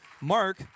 Mark